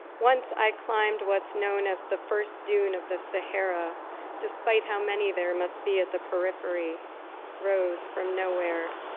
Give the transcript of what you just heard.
once i climbed what's known as the first dune of the sahara despite how many there must be at the periphery rose from nowhere.